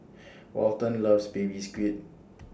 Walton loves Baby Squid